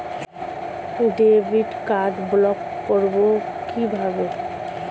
Debit card block করব কিভাবে?